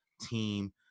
team